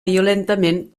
violentament